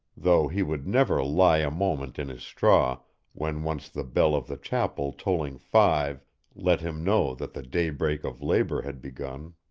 though he would never lie a moment in his straw when once the bell of the chapel tolling five let him know that the daybreak of labor had begun.